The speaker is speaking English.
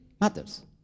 matters